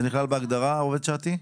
זה נכלל בהגדרה עובד שעתי?